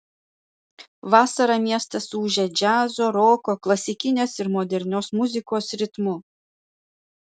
vasarą miestas ūžia džiazo roko klasikinės ir modernios muzikos ritmu